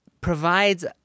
provides